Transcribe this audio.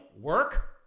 work